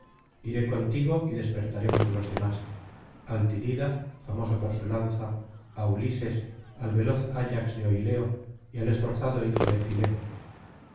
iré contigo y despertaremos á los demás al tidída famoso por su lanza á ulises al veloz ayax de oileo y al esforzado hijo de fileo